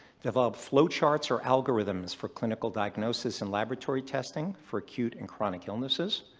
develop flowcharts or algorithms for clinical diagnosis in laboratory testing for acute and chronic illnesses.